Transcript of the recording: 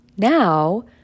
Now